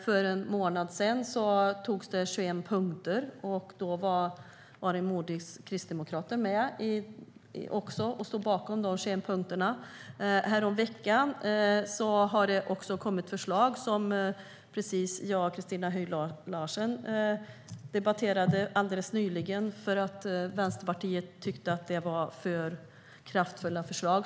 För en månad sedan antogs 21 punkter, och då var Aron Modigs kristdemokrater med och stod bakom punkterna. Häromveckan har det också kommit förslag, något som jag och Christina Höj Larsen debatterades alldeles nyss, eftersom Vänsterpartiet tycker att det var för kraftfulla förslag.